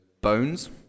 bones